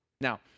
Now